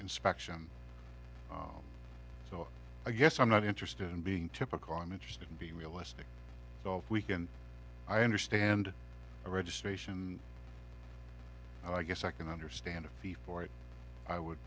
inspection so i guess i'm not interested in being typical i'm interested in being realistic golf weekend i understand a registration and i guess i can understand a fee for it i would